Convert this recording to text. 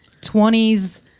20s